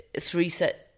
three-set